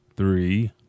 Three